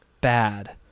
bad